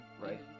right